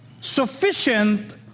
sufficient